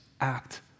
act